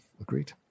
agreed